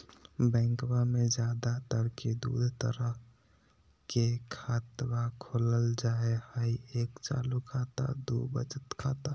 बैंकवा मे ज्यादा तर के दूध तरह के खातवा खोलल जाय हई एक चालू खाता दू वचत खाता